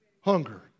hunger